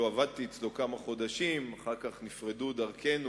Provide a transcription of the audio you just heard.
עבדתי אצלו כמה חודשים ואחר כך נפרדו דרכינו,